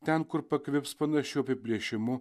ten kur pakvips panašiu apiplėšimu